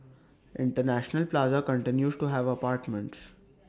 International plaza continues to have apartments